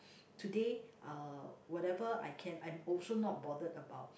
today uh whatever I can I'm also not bothered about